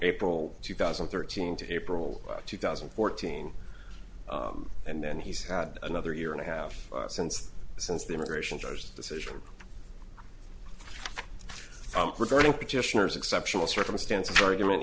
april two thousand and thirteen to april two thousand and fourteen and then he's had another year and a half since since the immigration judge decision regarding petitioners exceptional circumstances argument